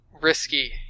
risky